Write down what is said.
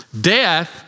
Death